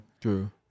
True